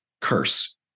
curse